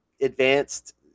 advanced